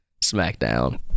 SmackDown